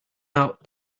out